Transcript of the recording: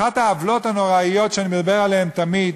אחת העוולות הנוראיות שאני מדבר עליהן תמיד,